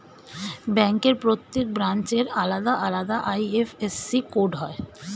ব্যাংকের প্রত্যেক ব্রাঞ্চের আলাদা আলাদা আই.এফ.এস.সি কোড হয়